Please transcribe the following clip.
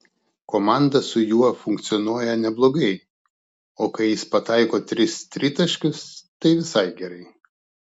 komanda su juo funkcionuoja neblogai o kai jis pataiko tris tritaškius tai visai gerai